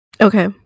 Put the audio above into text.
Okay